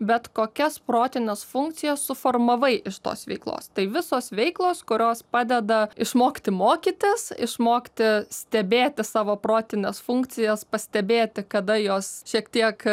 bet kokias protines funkcijas suformavai iš tos veiklos tai visos veiklos kurios padeda išmokti mokytis išmokti stebėti savo protines funkcijas pastebėti kada jos šiek tiek